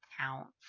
counts